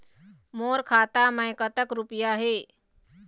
मोर खाता मैं कतक रुपया हे?